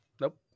Nope